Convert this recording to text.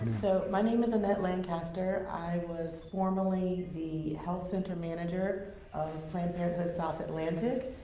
so, my name is annette lancaster, i was formerly the health center manager of planned parenthood south atlantic.